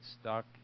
stuck